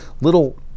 little